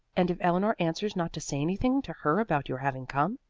and if eleanor answers not to say anything to her about your having come?